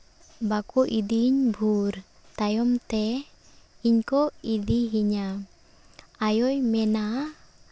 ᱵᱟᱠᱚ ᱤᱫᱤᱭᱤᱧ ᱵᱷᱳᱨ ᱛᱟᱭᱚᱢ ᱛᱮ ᱤᱧ ᱠᱚ ᱤᱫᱤ ᱤᱧᱟᱹ ᱟᱭᱳᱭ ᱢᱮᱱᱟ